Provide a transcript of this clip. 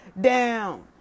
down